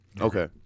Okay